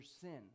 sin